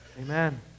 Amen